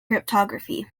cryptography